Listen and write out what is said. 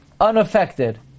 unaffected